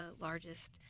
largest